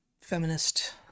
feminist